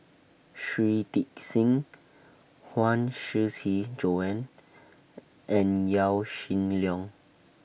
Shui Tit Sing Huang Shiqi Joan and Yaw Shin Leong